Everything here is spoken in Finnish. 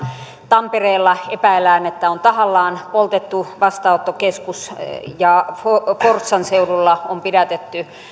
tampereella epäillään että on tahallaan poltettu vastaanottokeskus ja forssan seudulla on pidätetty